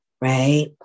right